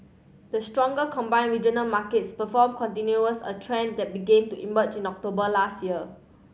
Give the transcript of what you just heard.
the stronger combined regional markets performance continues a trend that began to emerge in October last year